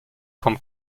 vom